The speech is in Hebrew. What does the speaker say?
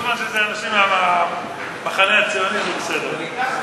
זה בסדר.